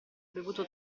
bevuto